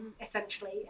essentially